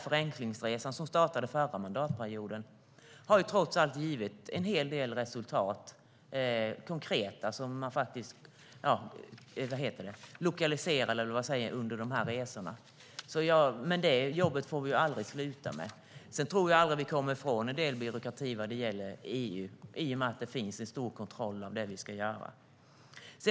Förenklingsresan, som startade förra mandatperioden, har trots allt givit en hel del konkreta resultat. Men det jobbet får vi aldrig sluta med. Sedan tror jag att vi aldrig kommer ifrån en del byråkrati vad gäller EU i och med att det finns en stor kontroll av det vi ska göra.